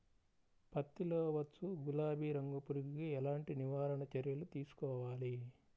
పత్తిలో వచ్చు గులాబీ రంగు పురుగుకి ఎలాంటి నివారణ చర్యలు తీసుకోవాలి?